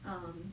um